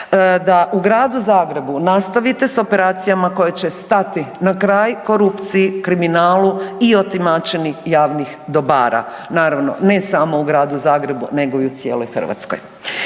da u Gradu Zagrebu nastavite s operacijama koje će stati na kraj korupciji, kriminalu i otimačini javnih dobara. Naravno, ne samo u Gradu Zagrebu nego i u cijeloj Hrvatskoj.